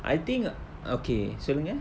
I think ah okay சொல்லுங்க:sollunga